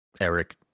Eric